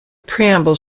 preamble